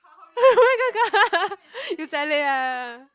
oh-my-god you sell it ah